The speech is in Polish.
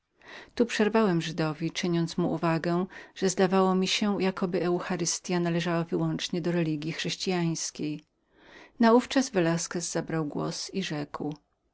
tu przerwałem żydowi czyniąc mu uwagę że zdawało mi się jakoby eucharystya wyłącznie należała do religji chrześcijańskiej naówczas velasquez zabrał głos i rzekł